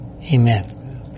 Amen